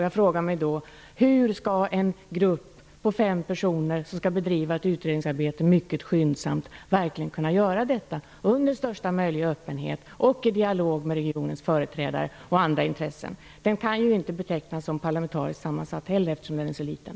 Jag frågar mig då hur en grupp på fem personer, som skall bedriva ett utredningsarbete mycket skyndsamt, verkligen skall kunna göra detta under största möjliga öppenhet och i dialog med regionens företrädare och andra intressen. Den kan ju inte heller betecknas som parlamentariskt sammansatt, eftersom den är så liten.